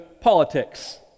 politics